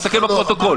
תסתכל בפרוטוקול.